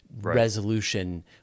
resolution